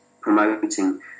promoting